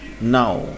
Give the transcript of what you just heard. Now